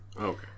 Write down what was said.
Okay